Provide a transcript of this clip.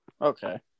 Okay